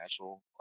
natural